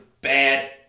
bad